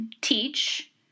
teach